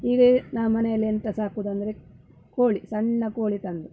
ಹೀಗೆ ನಾವು ಮನೆಯಲ್ಲಿ ಎಂತ ಸಾಕುವುದೆಂದ್ರೆ ಕೋಳಿ ಸಣ್ಣ ಕೋಳಿ ತಂದು